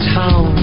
town